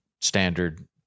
standard